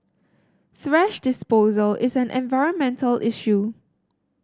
thrash disposal is an environmental issue